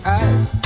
eyes